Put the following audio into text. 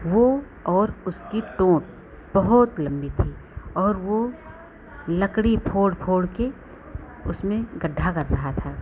वह और उसकी चोंच बहुत लंबी थी और वह लकड़ी फोड़ फोड़ कर उसमें गड्ढा कर रहा था